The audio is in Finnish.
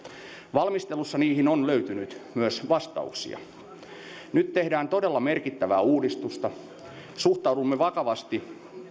valmistelussa niihin on löytynyt myös vastauksia nyt tehdään todella merkittävää uudistusta suhtaudumme vakavasti